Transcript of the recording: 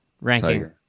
ranking